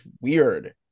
weird